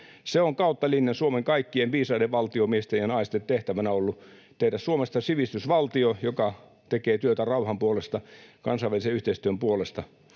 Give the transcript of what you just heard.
ollut kautta linjan Suomen kaikkien viisaiden valtiomiesten ja -naisten tehtävänä tehdä Suomesta sivistysvaltio, joka tekee työtä rauhan puolesta, kansainvälisen yhteistyön puolesta,